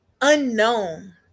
unknown